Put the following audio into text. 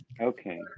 Okay